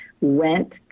went